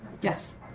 Yes